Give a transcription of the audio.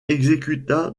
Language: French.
exécuta